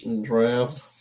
Drafts